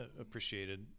appreciated